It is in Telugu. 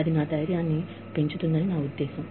అది నా ధైర్యాన్ని పెంచుతుంది అని నా ఉద్దేశ్యం